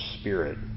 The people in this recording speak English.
spirit